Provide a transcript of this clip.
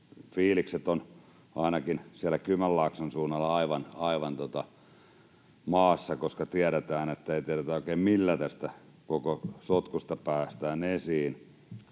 Fiilikset ovat ainakin siellä Kymenlaakson suunnalla aivan maassa, koska ei oikein tiedetä, millä tästä koko sotkusta päästään esiin.